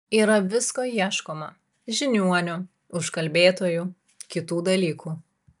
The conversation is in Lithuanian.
yra visko ieškoma žiniuonių užkalbėtojų kitų dalykų